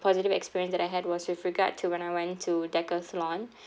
positive experience that I had was with regard to when I went to decathlon